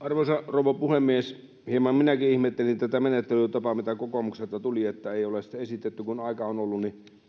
arvoisa rouva puhemies hieman minäkin ihmettelen tätä menettelytapaa mitä kokoomukselta tuli että ei ole esitetty kun aika on ollut